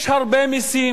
יש הרבה מסים